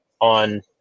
on